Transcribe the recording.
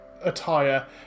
attire